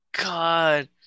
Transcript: God